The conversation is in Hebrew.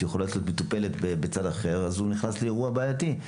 שיכולה להיות מטופלת באופן אחר הוא נכנס לאירוע בעייתי.